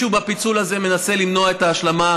שבפיצול הזה מישהו מנסה למנוע את ההשלמה.